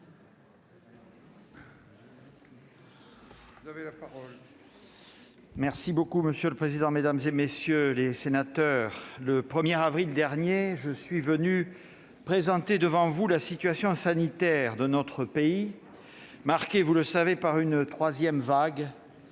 ministre. Monsieur le président, mesdames, messieurs les sénateurs, le 1 avril dernier, je suis venu présenter devant vous la situation sanitaire de notre pays, marquée, vous le savez, par une troisième vague